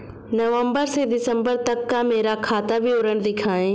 नवंबर से दिसंबर तक का मेरा खाता विवरण दिखाएं?